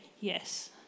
Yes